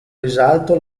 risalto